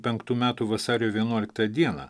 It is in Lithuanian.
penktų metų vasario vienuoliktą dieną